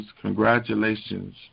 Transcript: congratulations